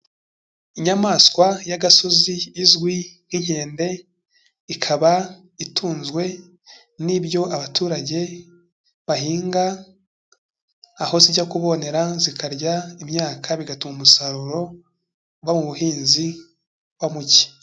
Inyamaswa y'agasozi izwi nk'inkende, ikaba itunzwe n'ibyo abaturage bahinga, aho zijya kubonera zikarya imyaka, bigatuma umusaruro wo mu buhinzi uba muke.